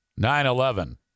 9-11